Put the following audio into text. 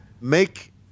make